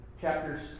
chapters